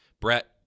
Brett